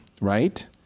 right